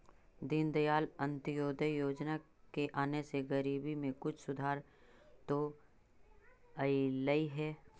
दीनदयाल अंत्योदय योजना के आने से गरीबी में कुछ सुधार तो अईलई हे